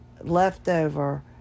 leftover